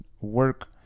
work